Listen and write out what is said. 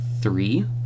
three